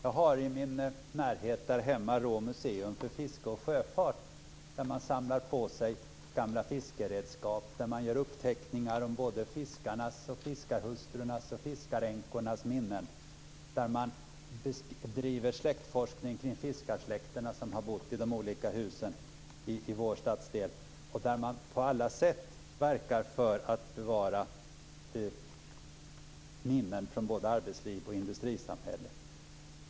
Nära mitt hem finns Råå museum för fiske och sjöfart. Där har man samlat på sig gamla fiskeredskap, gör uppteckningar av fiskarnas, fiskarhustrurnas och fiskaränkornas minnen och där driver man släktforskning kring fiskarsläktena som har bott i de olika husen i min stadsdel. Man verkar på alla sätt för att bevara minnen från både arbetsliv och industrisamhälle.